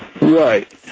Right